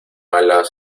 alas